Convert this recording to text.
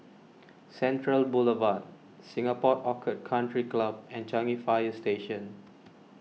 Central Boulevard Singapore Orchid Country Club and Changi Fire Station